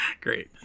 great